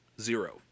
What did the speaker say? Zero